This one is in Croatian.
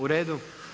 U redu.